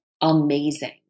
amazing